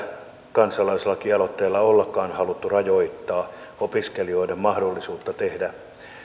kansalaislakialoitteella ollakaan haluttu rajoittaa opiskelijoiden mahdollisuutta tehdä